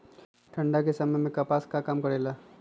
ठंडा के समय मे कपास का काम करेला?